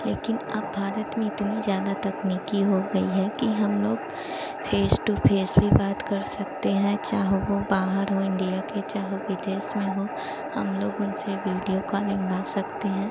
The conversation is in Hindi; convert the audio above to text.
लेकिन अब भारत में इतनी ज़्यादा तकनीक हो गई है कि हम लोग फेश टू फेस भी बात कर सकते हैं चाहो वे बाहर हो इंडिया के चाहो विदेश में हो हम लोग उनसे वीडियो कॉलिंग कर सकते हैं